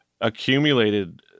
accumulated